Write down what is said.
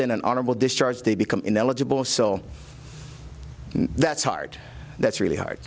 than an honorable discharge they become ineligible so that's hard that's really